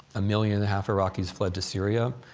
a million and a half iraqis fled to syria.